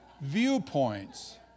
viewpoints